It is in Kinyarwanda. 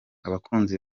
abakunzi